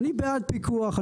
אני בעד פיקוח,